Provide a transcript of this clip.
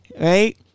right